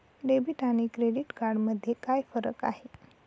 Debit आणि credit card मध्ये काय फरक आहे?